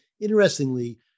Interestingly